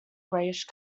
greyish